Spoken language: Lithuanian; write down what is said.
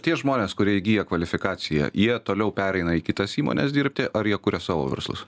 tie žmonės kurie įgyja kvalifikaciją jie toliau pereina į kitas įmones dirbti ar jie kuria savo verslus